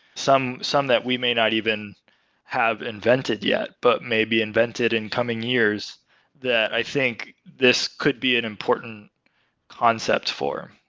some some that we may not even have invented yet, but maybe invented in coming years that i think this could be an important concept for.